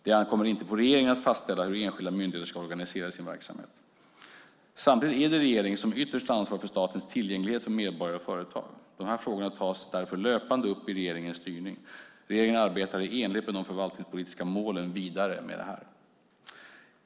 Det ankommer inte på regeringen att fastställa hur enskilda myndigheter ska organisera sin verksamhet. Samtidigt är det regeringen som ytterst ansvarar för statens tillgänglighet för medborgare och företag. De här frågorna tas därför löpande upp i regeringens styrning. Regeringen arbetar i enlighet med de förvaltningspolitiska målen vidare med detta.